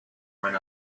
when